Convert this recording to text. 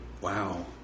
Wow